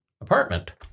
apartment